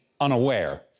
unaware